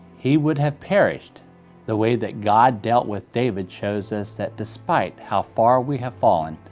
he would have perished the way that god dealt with david shows us that despite how far we have fallen,